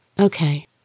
Okay